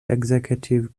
executive